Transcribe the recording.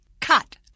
cut